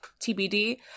tbd